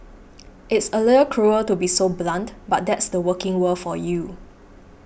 it's a little cruel to be so blunt but that's the working world for you